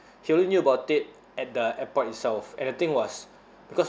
he only knew about it at the airport itself and the thing was because